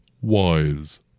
wise